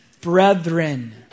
brethren